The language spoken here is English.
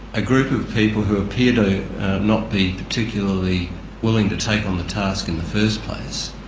a group of people, who appear to not be particularly willing to take on the task in the first place,